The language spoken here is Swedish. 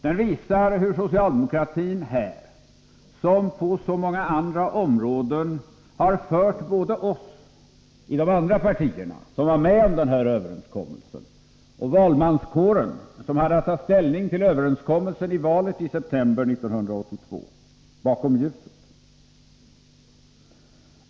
Den visar hur socialdemokratin här, som på så många andra områden, har fört både oss i de andra partierna, som var med om överenskommelsen, och valmanskåren, som hade att ta ställning till överenskommelsen i valet i september 1982, bakom ljuset.